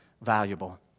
valuable